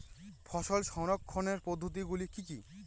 ফসল সংরক্ষণের পদ্ধতিগুলি কি কি?